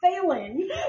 Failing